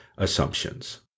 assumptions